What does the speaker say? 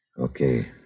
Okay